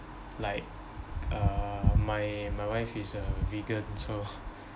like uh my my wife is a vegan so